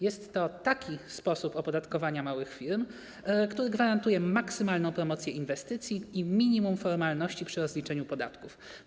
Jest to taki sposób opodatkowania małych firm, który gwarantuje maksymalną promocję inwestycji i minimum formalności przy rozliczeniu podatków.